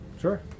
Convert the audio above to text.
Sure